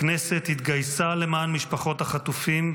הכנסת התגייסה למען משפחות החטופים,